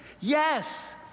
Yes